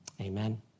Amen